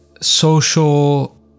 social